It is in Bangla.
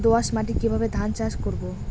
দোয়াস মাটি কিভাবে ধান চাষ করব?